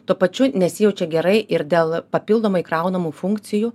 tuo pačiu nesijaučia gerai ir dėl papildomai kraunamų funkcijų